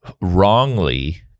wrongly